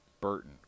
Burton